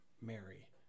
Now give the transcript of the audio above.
Mary